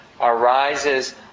arises